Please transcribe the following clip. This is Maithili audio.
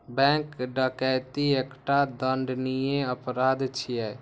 बैंक डकैती एकटा दंडनीय अपराध छियै